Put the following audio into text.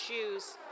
shoes